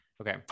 Okay